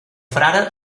frare